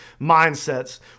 mindsets